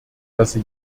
lasse